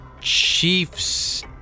Chiefs